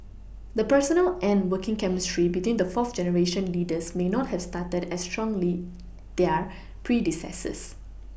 the personal and working chemistry between the fourth generation leaders may not have started as strongly their predecessors